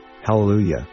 Hallelujah